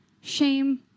shame